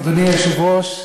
אדוני היושב-ראש,